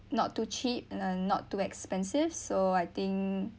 not too cheap and uhm not too expensive so I think